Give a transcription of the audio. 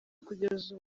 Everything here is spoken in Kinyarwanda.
kugeza